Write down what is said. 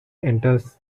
enters